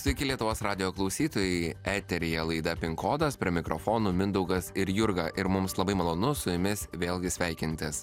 sveiki lietuvos radijo klausytojai eteryje laida pin kodas prie mikrofonų mindaugas ir jurga ir mums labai malonu su jumis vėlgi sveikintis